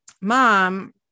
mom